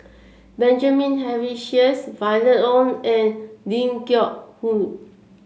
Benjamin Henry Sheares Violet Oon and Ling Geok Choon